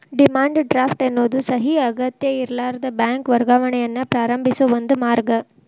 demand draft ಎನ್ನೋದು ಸಹಿ ಅಗತ್ಯಇರ್ಲಾರದ ಬ್ಯಾಂಕ್ ವರ್ಗಾವಣೆಯನ್ನ ಪ್ರಾರಂಭಿಸೋ ಒಂದ ಮಾರ್ಗ